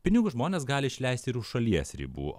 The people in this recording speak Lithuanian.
pinigus žmonės gali išleisti ir už šalies ribų